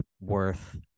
worth